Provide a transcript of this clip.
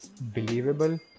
believable